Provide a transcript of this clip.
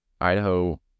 Idaho